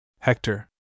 Hector